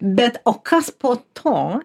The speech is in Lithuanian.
bet o kas po to